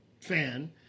fan